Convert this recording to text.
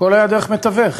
הכול היה דרך מתווך: